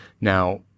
Now